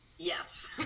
Yes